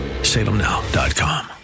Salemnow.com